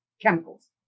chemicals